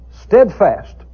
steadfast